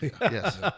yes